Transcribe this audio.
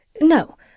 No